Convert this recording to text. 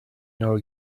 know